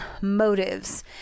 motives